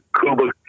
Kuba